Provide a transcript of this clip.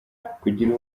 kugira